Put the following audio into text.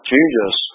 Jesus